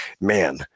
man